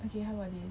okay how about this